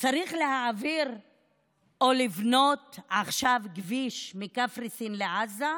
צריך להעביר או לבנות עכשיו כביש מקפריסין לעזה,